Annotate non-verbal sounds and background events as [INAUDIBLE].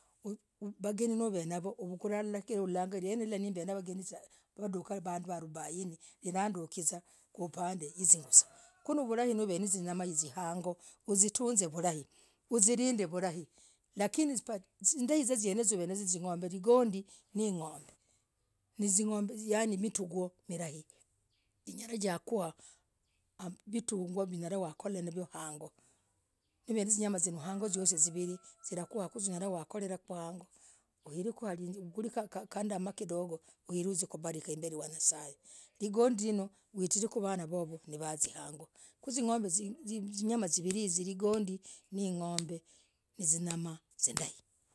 Hibaga neevenayoo. Uvugura ralara kevugalah. liralah keeguliza nadukah! Vanduu, harubaini hilanduza kupandee. Hibaga neevenayoo k [HESITATION] nivurahi' nauv [HESITATION] nazinyamahh! Angooo huzilivulai lakini zindai ligondi!! Ne [HESITATION] ng'ombe yani vitunguo mirahi linyalah yakuwah! Vitunguo hunyalah wakholelah hongoo hinyalah. Neevenayoo zinyama zivirii zikuwa hukoreku avunduu eee [HESITATION] huvungureku huit [HESITATION] uzie kubaki himbere yanyasai ligondi utir [HESITATION] vanavoho khoo vinyama! Zivirii hizi nizindai.